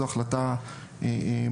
זוהי החלטה מורכבת